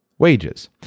wages